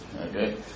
okay